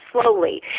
slowly